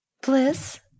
Bliss